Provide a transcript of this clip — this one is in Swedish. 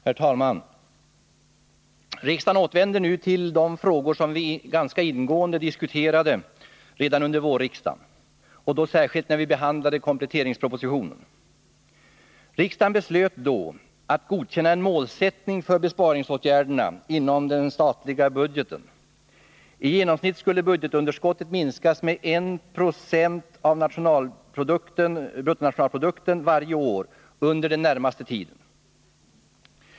Herr talman! Riksdagen återvänder nu till frågor som vi ingående diskuterade redan under vårens riksmöte och särskilt när vi behandlade kompletteringspropositionen. Riksdagen beslöt då att godkänna en målsätt ning för besparingsåtgärderna inom den statliga budgeten. I genomsnitt skulle budgetunderskottet minskas med 196 av bruttonationalprodukten varje år under den närmaste tiden.